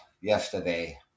Yesterday